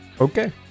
Okay